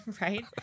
Right